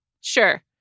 Sure